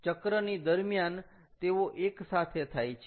ચક્રની દરમ્યાન તેઓ એક સાથે થાય છે